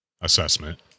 assessment